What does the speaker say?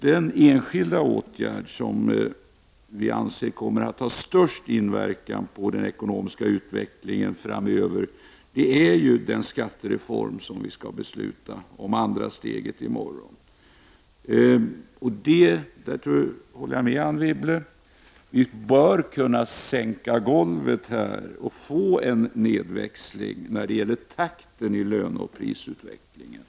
Den enskilda åtgärd som kommer att ha störst inverkan på den ekonomiska utvecklingen framöver är naturligtvis det andra steget i den skattereform som vi skall fatta beslut om i morgon. Jag håller med Anne Wibble om att detta borde kunna sänka golvet så att det blir en nedväxling när det gäller takten i löneoch prisutvecklingen.